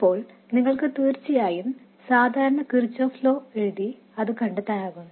ഇപ്പോൾ നിങ്ങൾക്ക് തീർച്ചയായും സാധാരണ കിർചോഫസ് ലോ Kirchhoff's law എഴുതി അത് കണ്ടെത്താനാകും